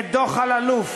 את דוח אלאלוף?